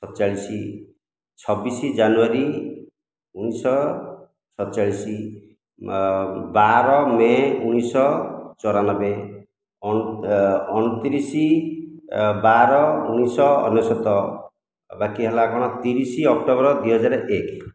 ଷଡ଼ଚାଳିଶି ଛବିଶ ଜାନୁଆରୀ ଉଣେଇଶ ଶହ ଷଡ଼ଚାଳିଶ ବାର ମେ ଉଣେଇଶ ଶହ ଚଉରାନବେ ଅଣତିରିଶ ବାର ଉଣେଇଶ ଶହ ଅନେଶ୍ୱତ ବାକି ହେଲା କ'ଣ ତିରିଶ ଅକ୍ଟୋବର ଦୁଇ ହଜାର ଏକ